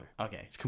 Okay